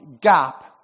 gap